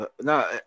No